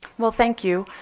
well, thank you.